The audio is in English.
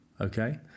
okay